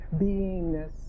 beingness